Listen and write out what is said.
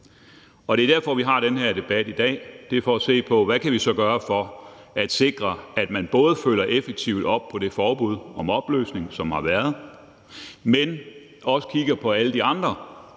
Det er derfor, vi har den her debat i dag. Det er for at se på, hvad vi så kan gøre for at sikre, at man både følger effektivt op på det forbud om opløsning, som er givet, men også kigger på alle de andre